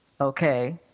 Okay